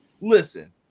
Listen